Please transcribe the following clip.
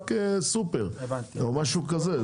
רק סופר, או משהו כזה.